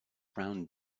brown